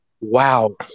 Wow